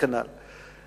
וכן הלאה.